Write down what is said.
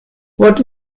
what